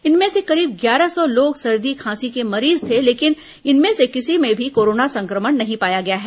इनमें से करीब ग्यारह सौ लोग सर्दी खांसी के मरीज थे लेकिन इनमें से किसी में भी कोरोना संक्रमण नहीं पाया गया है